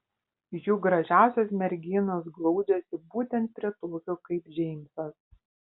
juk gražiausios merginos glaudžiasi būtent prie tokio kaip džeimsas